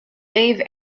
dave